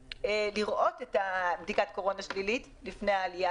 לראות את בדיקת הקורונה השלילית לפני העלייה